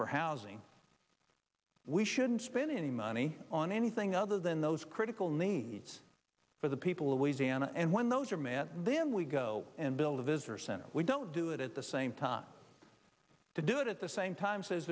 for housing we shouldn't spend any money on anything other than those critical needs for the people of louisiana and when those are met then we go and build a visitor center we don't do it at the same time to do it at the same time says